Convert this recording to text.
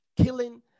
killing